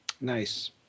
Nice